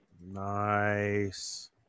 nice